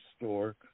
store